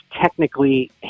technically